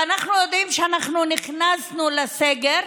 ואנחנו יודעים שנכנסנו לסגר.